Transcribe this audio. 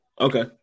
okay